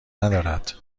ندارد